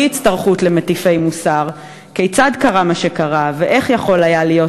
הצטרכות למטיפי מוסר( / כיצד קרה מה שקרה ואיך יכול היה לקרות